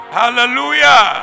hallelujah